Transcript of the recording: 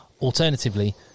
Alternatively